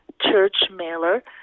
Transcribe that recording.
Church-Mailer